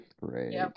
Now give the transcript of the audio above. Great